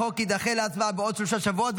החוק יידחה להצבעה בעוד שלושה שבועות,